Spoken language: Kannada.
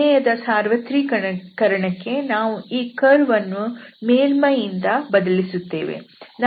ಪ್ರಮೇಯದ ಸಾರ್ವತ್ರೀಕರಣಕ್ಕೆ ನಾವು ಈ ಕರ್ವ್ ಅನ್ನು ಮೇಲ್ಮೈ ಯಿಂದ ಬದಲಿಸುತ್ತೇವೆ